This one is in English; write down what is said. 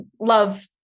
love